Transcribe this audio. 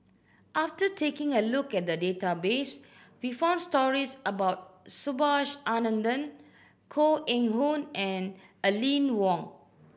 after taking a look at the database we found stories about Subhas Anandan Koh Eng Hoon and Aline Wong